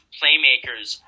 playmakers